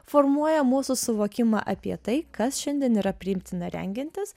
formuoja mūsų suvokimą apie tai kas šiandien yra priimtina rengiantis